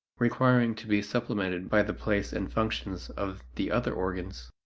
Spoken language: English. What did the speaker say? requiring to be supplemented by the place and functions of the other organs.